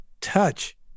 Touch